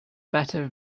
better